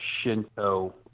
Shinto